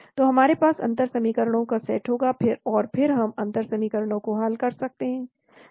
तो हमारे पास अंतर समीकरणों का सेट होगा और फिर हम अंतर समीकरण को हल कर सकते हैं